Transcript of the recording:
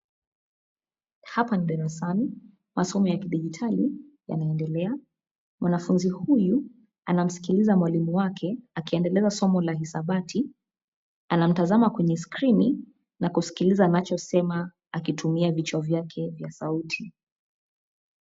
Hapa ni darasani, masomo ya kidijitali, yanaendelea, mwanafunzi huyu, anamsikiliza mwalimu wake akiendelea na somo la hisabati, anamtazama kwenye skrini, na kusikiliza anachosema, akitumia vichwa vyake vya sauti.